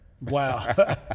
Wow